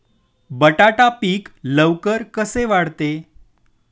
बटाटा पीक लवकर कसे वाढते?